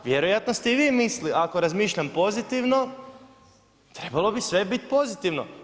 Vjerojatno ste i vi mislili ako razmišljam pozitivno, trebalo bi sve bit pozitivno.